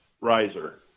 riser